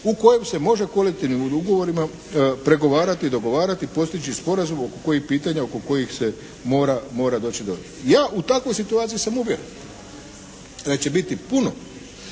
u kojem se može kolektivnim ugovorima pregovarati, dogovarati, postići sporazum oko kojih pitanja oko kojih se mora doći. Ja u takvoj situaciji sam uvjeren da će biti puno